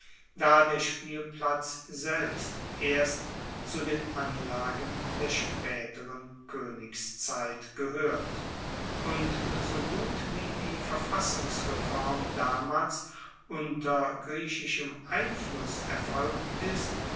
da der spielplatz selbst erst zu den anlagen der spaeteren koenigszeit gehoert und so gut wie die verfassungsreform damals unter griechischem einfluss erfolgt ist